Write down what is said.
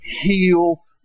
heal